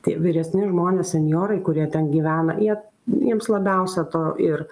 tie vyresni žmonės senjorai kurie ten gyvena jie jiems labiausia to ir